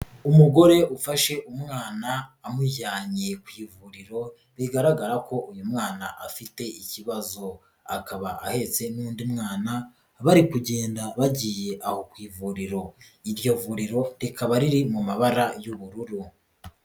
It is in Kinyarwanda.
Umugore ufashe umwana amujyanye ku ivuriro bigaragara ko uyu mwana afite ikibazo, akaba ahetse n'undi mwana bari kugenda bagiye aho ku ivuriro, iryo vuriro rikaba riri mu mabara y'ubururu.